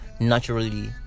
naturally